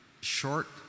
Short